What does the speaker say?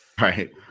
right